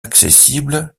accessibles